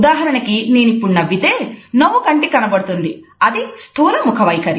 ఉదాహరణకు నేను ఇప్పుడు నవ్వితే నవ్వు కంటికి కనపడుతుంది అది స్థూల ముఖ వైఖరి